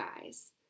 guys